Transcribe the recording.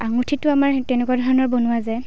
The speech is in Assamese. আঙুঠিটো আমাৰ তেনেকুৱা ধৰণৰ বনোৱা যায়